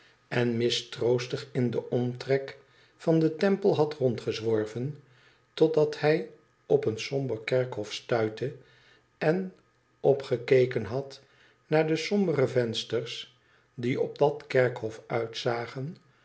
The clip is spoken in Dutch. en mistroostig in den omtrek van den temple had rondgezworven totdat hij op een somber kerkhof stuitte en opgekeken had naar de sombere vensters die op dat kerkhof uitzagen